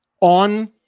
on